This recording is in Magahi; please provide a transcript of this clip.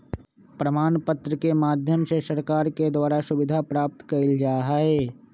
प्रमाण पत्र के माध्यम से सरकार के द्वारा सुविधा प्राप्त कइल जा हई